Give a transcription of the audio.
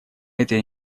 этой